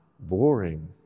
boring